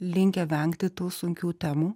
linkę vengti tų sunkių temų